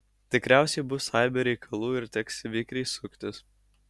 tikriausiai bus aibė reikalų ir teks vikriai suktis